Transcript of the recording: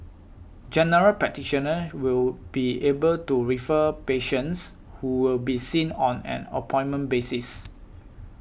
General Practitioners will be able to refer patients who will be seen on an appointment basis